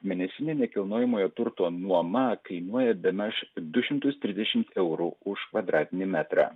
mėnesinė nekilnojamojo turto nuoma kainuoja bemaž du šimtus trisdešimt eurų už kvadratinį metrą